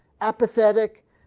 apathetic